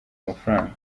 amafaranga